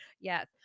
Yes